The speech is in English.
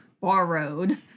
borrowed